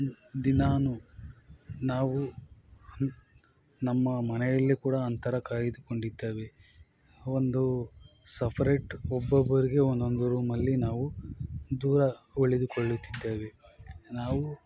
ದಿನವು ನಾವು ನಮ್ಮ ಮನೆಯಲ್ಲಿ ಕೂಡ ಅಂತರ ಕಾಯ್ದುಕೊಂಡಿದ್ದೇವೆ ಒಂದೂ ಸಫರೇಟ್ ಒಬ್ಬೊಬ್ರಿಗೆ ಒಂದೊಂದು ರೂಮಲ್ಲಿ ನಾವು ದೂರ ಉಳಿದುಕೊಳ್ಳುತ್ತಿದ್ದೇವೆ ನಾವು